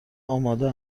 آماده